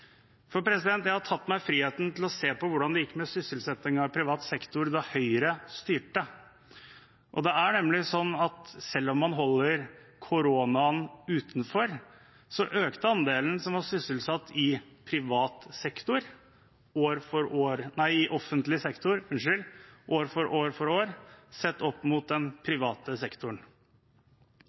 Jeg har tatt meg friheten til å se på hvordan det gikk med sysselsettingen i privat sektor da Høyre styrte. Det er nemlig sånn at selv om man holder koronaen utenfor, økte andelen som var sysselsatt i offentlig sektor år for år, sett opp mot den private sektoren. Vi i